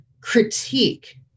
critique